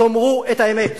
תאמרו את האמת.